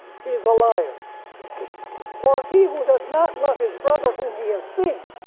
he is a liar for he who does not love his brother whom he has seen,